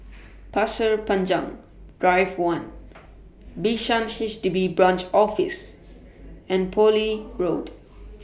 Pasir Panjang Drive one Bishan HDB Branch Office and Poole Road